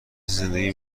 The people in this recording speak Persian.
زندگی